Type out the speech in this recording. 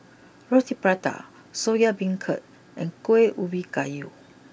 Roti Prata Soya Beancurd and Kuih Ubi Kayu